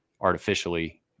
artificially